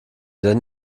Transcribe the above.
denn